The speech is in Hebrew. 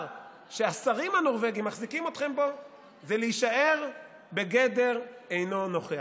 שהשרים הנורבגים מחזיקים אתכם בו זה להישאר בגדר "אינו נוכח".